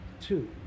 two